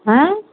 हां